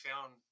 found